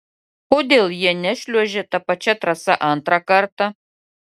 kodėl jie nešliuožė ta pačia trasa antrą kartą